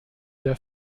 der